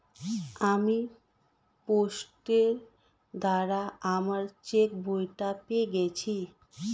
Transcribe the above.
আমি পোস্টের দ্বারা আমার চেকবইটা পেয়ে গেছি